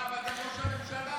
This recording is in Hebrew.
אבל גם ראש הממשלה.